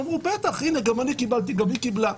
הם אמרו: בטח, גם אני קיבלתי, גם הם קיבלו.